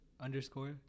underscore